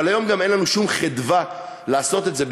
אבל היום גם אין לנו שום חדווה לעשות את זה,